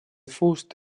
fust